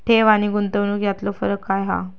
ठेव आनी गुंतवणूक यातलो फरक काय हा?